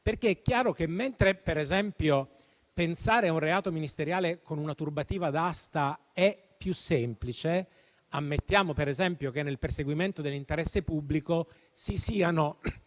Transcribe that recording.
diverse. È chiaro che, per esempio, pensare a un reato ministeriale con una turbativa d'asta è più semplice: ammettiamo che nel perseguimento dell'interesse pubblico si siano